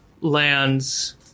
lands